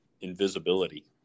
invisibility